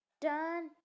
done